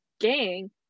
gang